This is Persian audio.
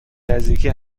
نزدیکی